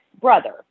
brother